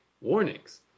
warnings